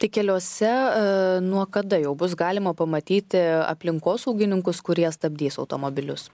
tik keliuose nuo kada jau bus galima pamatyti aplinkosaugininkus kurie stabdys automobilius